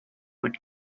would